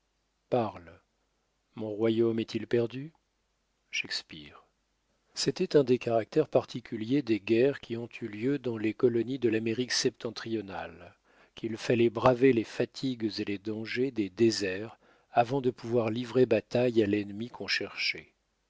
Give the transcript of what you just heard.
parle mon royaume est-il perdu shakespeare c'était un des caractères particuliers des guerres qui ont eu lieu dans les colonies de l'amérique septentrionale qu'il fallait braver les fatigues et les dangers des déserts avant de pouvoir livrer bataille à l'ennemi qu'on cherchait